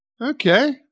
Okay